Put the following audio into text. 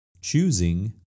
choosing